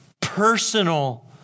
personal